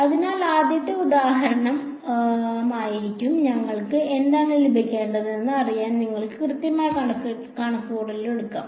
അതിനാൽ ആദ്യത്തെ ഉദാഹരണം ഉദാഹരണമായിരിക്കും ഞങ്ങൾക്ക് എന്താണ് ലഭിക്കേണ്ടതെന്ന് അറിയാൻ നിങ്ങൾക്ക് കൃത്യമായ കണക്കുകൂട്ടൽ എടുക്കാം